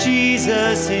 Jesus